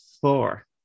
four